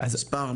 או מספר מועסקים.